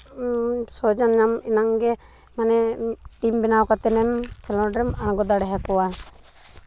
ᱥᱟᱦᱟᱡᱡᱚᱢ ᱧᱟᱢ ᱮᱱᱟᱝ ᱜᱮ ᱢᱟᱱᱮ ᱴᱤᱢ ᱵᱮᱱᱟᱣ ᱠᱟᱛᱮᱱ ᱮᱢ ᱠᱷᱮᱞᱚᱸᱰ ᱨᱮᱢ ᱟᱬᱜᱚ ᱫᱟᱲᱮ ᱟᱠᱚᱣᱟ